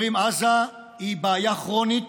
חברים, עזה היא בעיה כרונית.